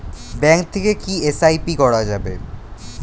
Bank থেকে কী SIP করা যাবে?